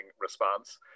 response